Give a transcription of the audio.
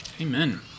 Amen